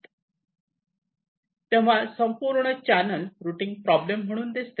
तेव्हा संपूर्ण channel routing problem म्हणून दिसते